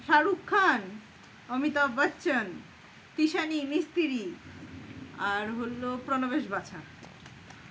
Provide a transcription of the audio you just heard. শাহরুখ খান অমিতাভ বচ্চন তষানী মিস্ত্রি আর হলো প্রণবেশ বাছা